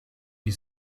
die